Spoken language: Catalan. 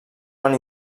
van